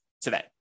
today